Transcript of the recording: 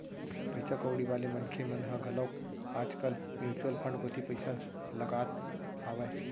पइसा कउड़ी वाले मनखे मन ह घलोक आज कल म्युचुअल फंड कोती पइसा लगात हावय